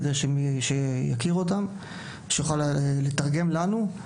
כדי שיכיר אותם ויוכל לתרגם לנו.